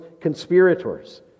conspirators